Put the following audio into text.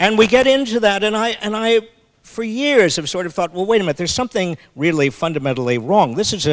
and we get into that and i and i for years have sort of thought well wait a month there's something really fundamentally wrong this is